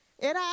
Era